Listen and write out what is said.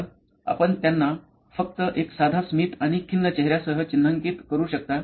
तर आपण त्यांना फक्त एक साधा स्मित आणि खिन्न चेहऱ्यासह चिन्हांकित करू शकता